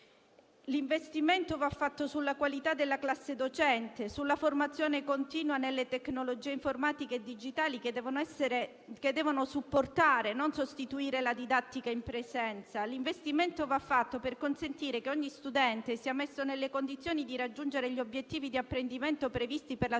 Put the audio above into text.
L'investimento va fatto sulla qualità della classe docente e sulla formazione continua nelle tecnologie informatiche e digitali che devono supportare e non sostituire la didattica in presenza. L'investimento va fatto per consentire che ogni studente sia messo nelle condizioni di raggiungere gli obiettivi di apprendimento previsti per la